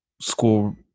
school